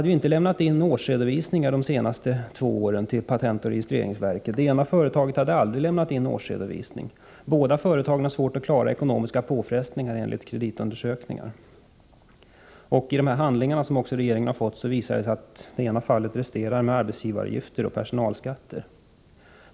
De hade inte lämnat in årsredovisningar till patentoch registreringsverket de senaste två åren. Det ena företaget hade aldrig lämnat in årsredovisning. Båda företagen har svårt att klara ekonomiska påfrestningar, enligt kreditundersökningar. I de handlingar som också regeringen har fått visar det sig att ett av företagen resterar med arbetsgivaravgifter och personalskatter.